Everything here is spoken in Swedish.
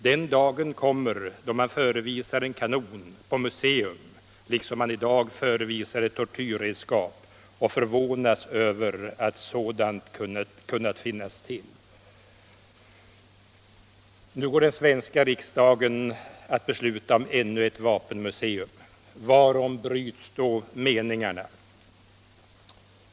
Den dagen kommer då man förevisar en kanon på museum liksom man i dag förevisar ett tortyrredskap och förvånas över att sådant kunnat finnas till!” Nu går den svenska riksdagen att besluta om ännu ett vapenmuseum. Varom bryts då meningarna?